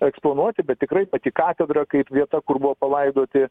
eksponuoti bet tikrai pati katedra kaip vieta kur buvo palaidoti